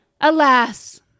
Alas